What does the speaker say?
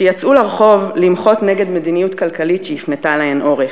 שיצאו לרחוב למחות נגד מדיניות כלכלית שהפנתה להן עורף.